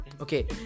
Okay